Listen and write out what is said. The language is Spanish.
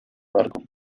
barco